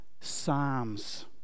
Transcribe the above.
Psalms